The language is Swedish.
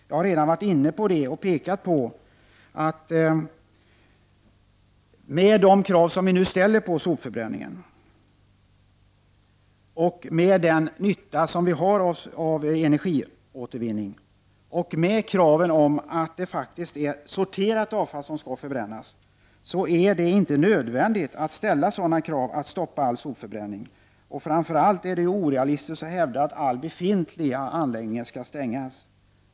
Jag har redan visat på att det, med de krav som vi nu ställer på sopförbränningen, med den nytta som vi har av energiåtervinning och med kraven på att det är sorterat avfall som skall förbrännas, inte är nödvändigt att ställa krav som att stoppa all sopförbränning. Framför allt är det orealistiskt att hävda att alla befintliga anläggningar skall stängas.